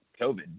COVID